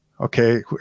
Okay